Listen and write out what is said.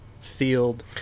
field